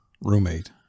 roommate